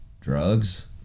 Drugs